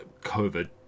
COVID